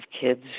kids